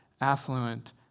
affluent